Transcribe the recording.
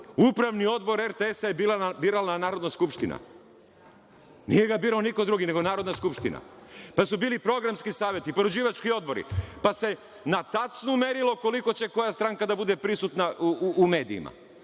Upravni odbor RTS-a je birala Narodna skupština? Nije ga birao niko drugi, nego Narodna skupština. Pa su bili programski saveti, pa uređivački odbori, pa se na tacnu merilo koliko će koja stranka da bude prisutna u medijima.